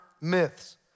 myths